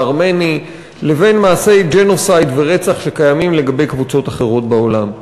הארמני לבין מעשי ג'נוסייד ורצח שקיימים לגבי קבוצות אחרות בעולם.